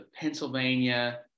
Pennsylvania